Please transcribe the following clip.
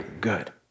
good